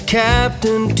captain